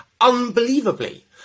unbelievably